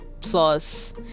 plus